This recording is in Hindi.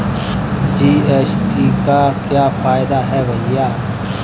जी.एस.टी का क्या फायदा है भैया?